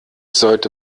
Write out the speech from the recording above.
sollte